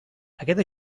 aquest